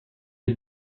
les